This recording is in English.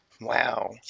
Wow